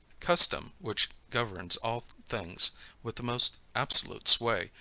custom, which governs all things with the most absolute sway,